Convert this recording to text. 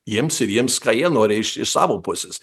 jiems ir jiems ką jie nori iš iš savo pusės